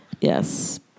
Yes